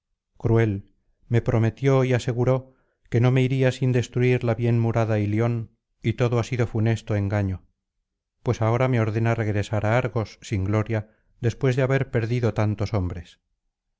cruel me prometió y aseguró que no me iría sin destruir la bien murada ilion y todo ha sido funesto engaño pues ahora me ordena regresar á argos sin gloria después de haber perdido tantos hombres